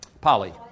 Polly